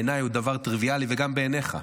בעיניי הוא דבר טריוויאלי, וגם בעיניך,